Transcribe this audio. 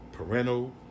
parental